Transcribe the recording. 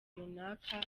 runaka